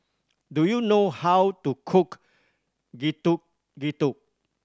do you know how to cook Getuk Getuk